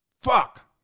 Fuck